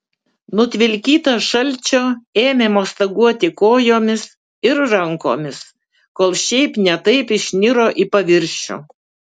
nutvilkytas šalčio ėmė mostaguoti kojomis ir rankomis kol šiaip ne taip išniro į paviršių